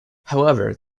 however